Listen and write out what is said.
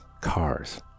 cars